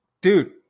dude